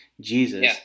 Jesus